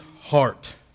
heart